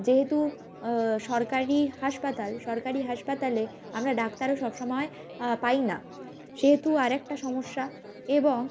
যেহেতু সরকারি হাসপাতাল সরকারি হাসপাতালে আমরা ডাক্তারও সব সময় পাই না সেহেতু আর একটা সমস্যা এবং